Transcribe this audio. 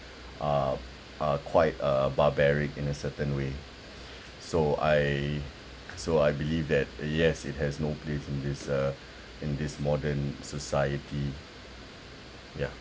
uh uh quite uh barbaric in a certain way so I so I believe that yes it has no place in this uh in this modern society ya